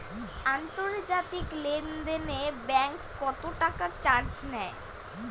আন্তর্জাতিক লেনদেনে ব্যাংক কত টাকা চার্জ নেয়?